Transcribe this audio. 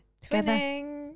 Together